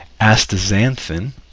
Astaxanthin